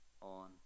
on